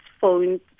phones